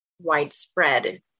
widespread